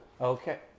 Okay